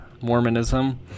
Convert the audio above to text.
Mormonism